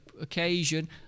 occasion